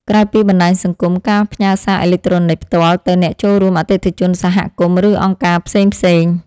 ក្រៅពីបណ្ដាញសង្គម ការផ្ញើសារអេឡិចត្រូនិចផ្ទាល់ទៅអ្នកចូលរួម អតិថិជន សហគមន៍ ឬអង្គការផ្សេងៗ